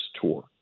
tour